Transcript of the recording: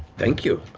thank you.